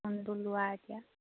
কোনটো লোৱা এতিয়া